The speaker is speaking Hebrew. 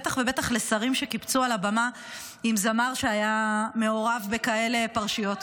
בטח ובטח לשרים שקיפצו על הבמה עם זמר שהיה מעורב בכאלה פרשיות.